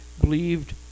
believed